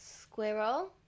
Squirrel